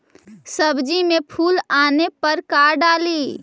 सब्जी मे फूल आने पर का डाली?